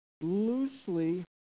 loosely